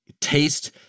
Taste